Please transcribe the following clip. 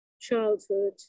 childhood